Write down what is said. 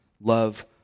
Love